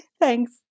Thanks